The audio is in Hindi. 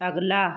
अगला